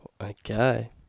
Okay